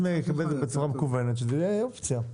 לקבל את זה בצורה מקוונת שזו תהיה אופציה.